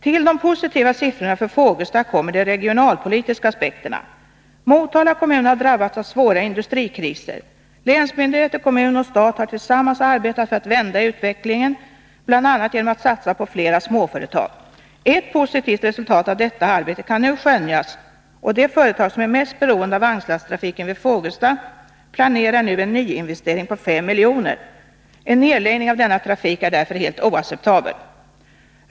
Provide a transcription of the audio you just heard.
Till de positiva siffrorna för Fågelsta kommer de regionalpolitiska aspekterna. Motala kommun har drabbats av svåra industrikriser. Länsmyndigheter, kommun och stat har tillsammans arbetat för att vända utvecklingen, bl.a. genom att satsa på flera småföretag. Ett positivt resultat av detta arbete kan nu skönjas, och det företag som är mest beroende av vagnslasttrafiken vid Fågelsta planerar f. n. en nyinvestering på 5 miljoner. En nerläggning av denna trafik är därför helt oacceptabel.